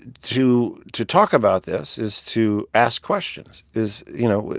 to to talk about this is to ask questions, is, you know